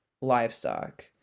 livestock